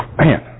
Man